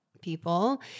people